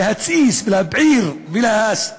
להתסיס, להבעיר ולהסית